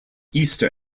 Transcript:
easter